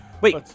wait